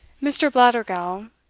mr. blattergowl,